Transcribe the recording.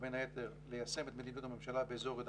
ותפקידו בין היתר ליישם את מדיניות הממשלה באזור יהודה